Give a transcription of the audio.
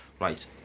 right